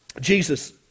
Jesus